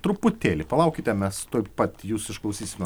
truputėlį palaukite mes tuoj pat jus išklausysime